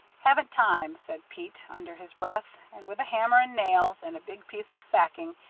haven't time, said pete, under his breath, and with a hammer and nails, and a big piece of sacking,